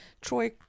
Troy